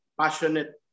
passionate